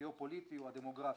הגיאו-פוליטי או הדמוגרפי.